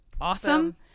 awesome